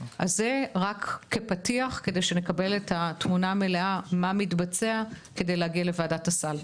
זה רק כפתיח כדי שנקבל את התמונה המלאה מה מתבצע כדי להגיע לוועדת הסל.